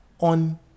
on